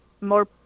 more